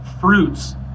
fruits